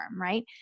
Right